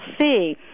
see